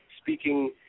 speaking